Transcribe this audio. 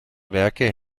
werke